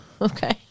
okay